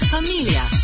Familia